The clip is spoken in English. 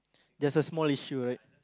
just a small issue right